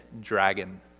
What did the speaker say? dragon